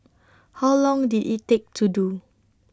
how long did IT take to do